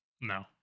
No